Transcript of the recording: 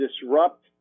disrupt